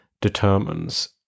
determines